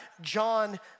John